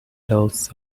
adults